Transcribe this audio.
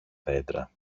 δέντρα